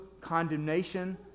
condemnation